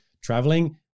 traveling